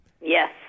Yes